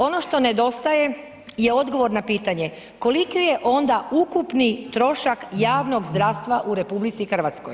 Ono što nedostaje je odgovor na pitanje, koliki je onda ukupni trošak javnog zdravstva u RH?